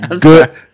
Good